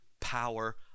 power